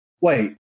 Wait